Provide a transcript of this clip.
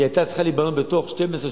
היתה צריכה להיבנות בתוך 12,